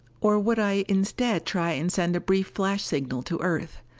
or would i instead try and send a brief flash signal to earth?